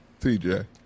tj